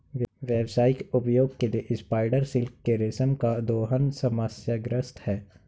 व्यावसायिक उपयोग के लिए स्पाइडर सिल्क के रेशम का दोहन समस्याग्रस्त है